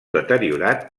deteriorat